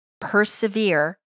PERSEVERE